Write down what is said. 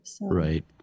Right